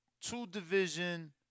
two-division